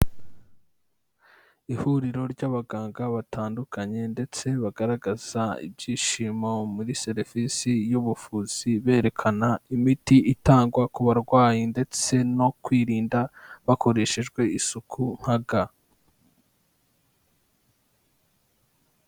Ihuriro ry'abaganga batandukanye ndetse bagaragaza ibyishimo muri serivisi y'ubuvuzi berekana imiti itangwa ku barwayi ndetse no kwirinda, Hakoreshejwe isuku nka ga.